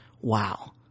Wow